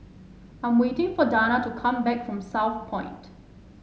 I'm waiting for Danna to come back from Southpoint